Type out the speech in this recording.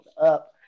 up